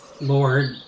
Lord